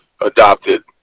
adopted